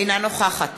אינה נוכחת